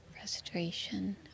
Frustration